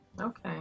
Okay